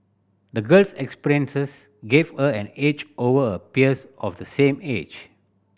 the girl's experiences gave her an edge over her peers of the same age